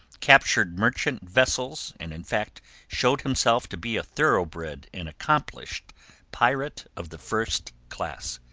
captured merchant-vessels and in fact showed himself to be a thoroughbred and accomplished pirate of the first class.